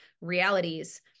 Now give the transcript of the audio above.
realities